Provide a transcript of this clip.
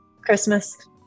Christmas